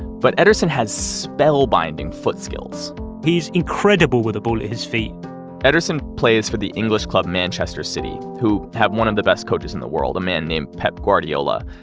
but ederson has spellbinding foot skills he's incredible with the ball at his feet ederson plays for the english club manchester city, who have one of the best coaches in the world, a man named pep guardiola.